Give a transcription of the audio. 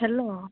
hello